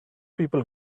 people